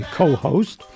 co-host